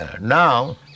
Now